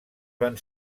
van